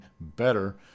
better